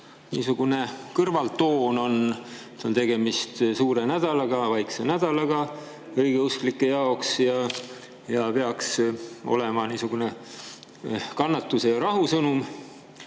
niisugune kõrvaltoon on, et on tegemist suure nädalaga, vaikse nädalaga õigeusklike jaoks, ja peaks olema niisugune kannatuse ja rahu sõnum,